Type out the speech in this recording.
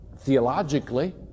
Theologically